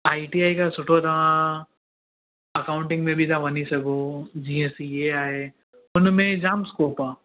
ITI खां सुठो तव्हां अकाउंटिंग में बि तव्हां वञी सघो जीअं सीए आहे हुनमें जाम स्कोप आहे